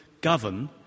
govern